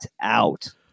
out